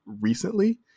recently